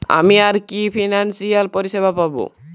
আমি আর কি কি ফিনান্সসিয়াল পরিষেবা পাব?